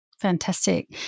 Fantastic